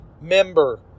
member